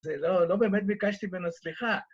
זה לא, לא באמת ביקשתי ממנו סליחה.